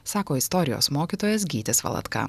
sako istorijos mokytojas gytis valatka